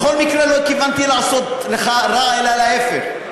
בכל מקרה, לא התכוונתי לעשות לך רע, אלא להפך.